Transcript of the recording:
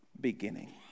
beginning